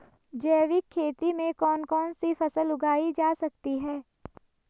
जैविक खेती में कौन कौन सी फसल उगाई जा सकती है?